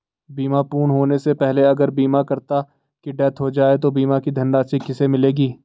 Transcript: बीमा पूर्ण होने से पहले अगर बीमा करता की डेथ हो जाए तो बीमा की धनराशि किसे मिलेगी?